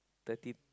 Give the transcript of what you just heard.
thirty